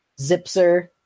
Zipser